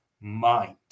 mind